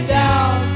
down